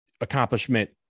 accomplishment